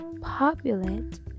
populate